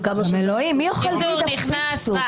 גם אלוהים, מי אוכל גלידה פיסטוק?